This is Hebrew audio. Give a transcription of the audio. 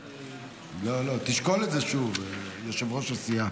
לא, לא, תשקול את זה שוב, יושב-ראש הסיעה.